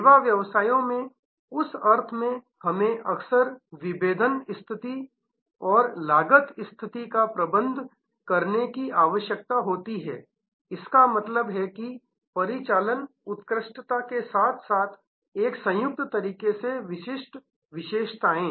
सेवा व्यवसायों में उस अर्थ में हमें अक्सर विभेदन स्थिति और लागत स्थिति का प्रबंध करने की आवश्यकता होती है इसका मतलब है कि परिचालन उत्कृष्टता के साथ साथ एक संयुक्त तरीके से विशिष्ट विशेषताएं